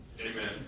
Amen